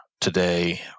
today